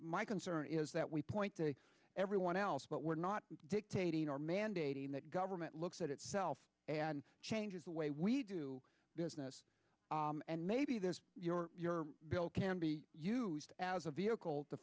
my concern is that we point to everyone else but we're not dictating or mandating that government looks at itself and changes the way we do business and maybe there's your bill can be used as a vehicle to